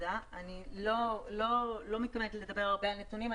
אני לא מתכוונת לדבר הרבה על נתונים,